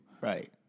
Right